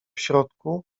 środku